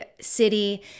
city